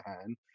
hand